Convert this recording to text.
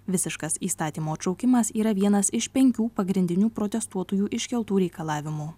visiškas įstatymo atšaukimas yra vienas iš penkių pagrindinių protestuotojų iškeltų reikalavimų